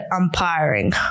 umpiring